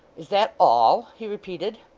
is that all he repeated,